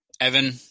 Evan